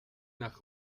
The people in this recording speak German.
nach